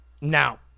Now